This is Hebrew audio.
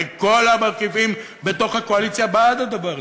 הרי כל המרכיבים בתוך הקואליציה בעד הדבר הזה,